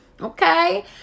okay